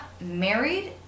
married